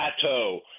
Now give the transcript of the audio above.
plateau